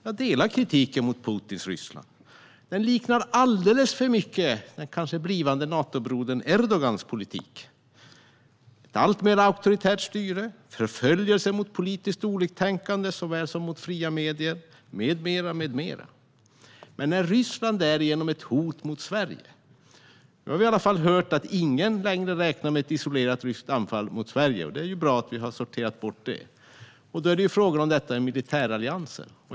Jag delar kritiken mot Putins Ryssland, vars politik liknar alldeles för mycket den kanske blivande Natobrodern Erdogans politik. Det handlar om ett alltmer auktoritärt styre och förföljelse såväl mot politiskt oliktänkande som mot fria medier med mera. Men är Ryssland därigenom ett hot mot Sverige? Nu har vi i alla fall hört att ingen längre räknar med ett isolerat ryskt anfall mot Sverige, och det är bra att vi har sorterat bort det. Då handlar frågan om militärallianser.